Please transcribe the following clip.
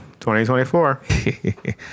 2024